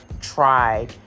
try